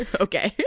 Okay